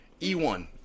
e1